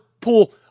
pool